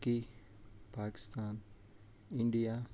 رکی پاکِستان اِنڈیا